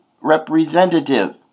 representative